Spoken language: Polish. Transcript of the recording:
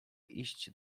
iść